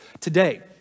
today